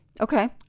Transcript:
Okay